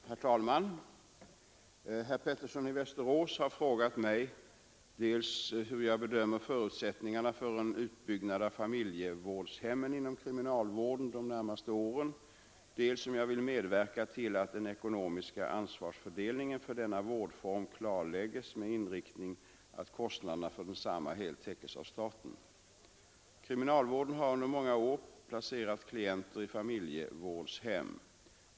Herr talman! Herr Pettersson i Västerås har frågat mig dels hur jag bedömer förutsättningarna för en utbyggnad av familjevårdshemmen inom kriminalvården de närmaste åren, dels om jag vill medverka till att den ekonomiska ansvarsfördelningen för denna vårdform klarlägges med inriktning att kostnaderna för densamma helt täckes av staten. Kriminalvården har under många år placerat klienter i familjevårdshem.